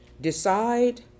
Decide